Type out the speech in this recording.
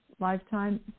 lifetime